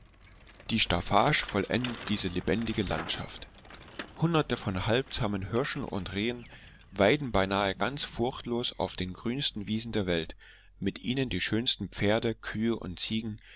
die staffage vollendet diese lebendige landschaft hunderte von halbzahmen hirschen und rehen weiden beinahe ganz furchtlos auf den grünsten wiesen der welt mit ihnen die schönsten pferde kühe und ziegen